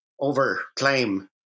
overclaim